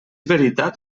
veritat